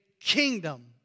kingdom